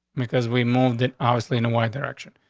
because we moved it obviously in the y direction.